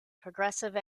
progressive